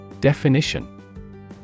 Definition